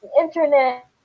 internet